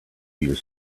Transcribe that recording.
your